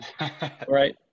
right